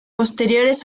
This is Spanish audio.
posteriores